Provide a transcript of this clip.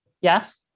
Yes